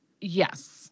yes